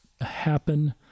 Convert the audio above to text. happen